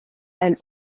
elle